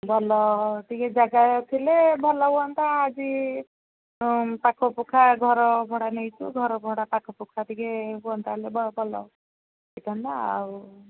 ଭଲ ଟିକେ ଜାଗା ଥିଲେ ଭଲ ହୁଅନ୍ତା ଆଜି ହଁ ପାଖ ପୁଖା ଘର ଭଡ଼ା ନେଇଛୁ ଘର ଭଡ଼ା ପାଖ ପୁଖା ଟିକେ ହୁଅନ୍ତା ବଲେ ଟିକେ ଭଲ ହେଇଥାନ୍ତା ଆଉ